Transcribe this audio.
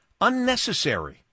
unnecessary